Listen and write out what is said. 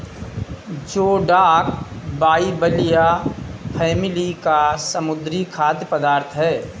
जोडाक बाइबलिया फैमिली का समुद्री खाद्य पदार्थ है